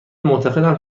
معتقدم